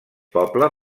poble